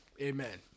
Amen